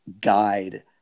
guide